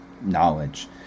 knowledge